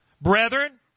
Brethren